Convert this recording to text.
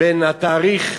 בין התאריך,